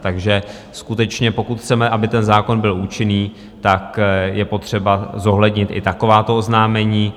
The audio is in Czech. Takže skutečně pokud chceme, aby ten zákon byl účinný, je potřeba zohlednit i takováto oznámení.